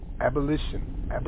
Abolition